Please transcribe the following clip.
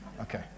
Okay